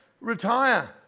Retire